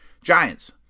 Giants